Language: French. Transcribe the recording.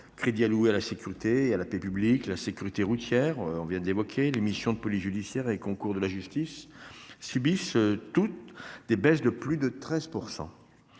crédits alloués à la sécurité et à la paix publiques, à la sécurité routière ainsi qu'aux missions de police judiciaire et concours à la justice subissent tous des baisses de plus de 13 %.